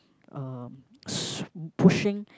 um s~ pushing